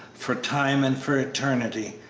for time and for eternity,